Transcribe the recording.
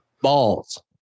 balls